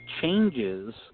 changes